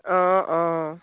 অঁ অঁ